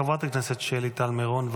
חברת הכנסת שלי טל מירון,